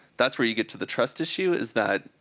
that's where you get to the trust issue, is that,